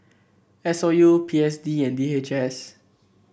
S O U P S D and D H S